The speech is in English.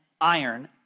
iron